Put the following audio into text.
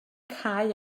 cau